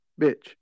bitch